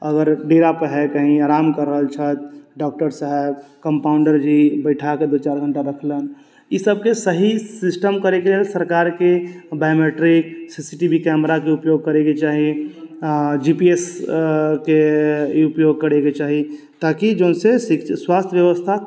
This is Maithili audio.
अगर डेरापर हइ कहीं आराम कर रहल छथि डॉक्टर साहेब कम्पाउण्डर जी बैठा कऽ दू चारि घण्टा रखलनि ईसभके सही सिस्टम करयके लेल सरकारके biometric C C T V कैमराके उपयोग करयके चाही आ जी पी एस के उपयोग करयके चाही ताकि जाहिसँ स्वास्थ्य व्यवस्था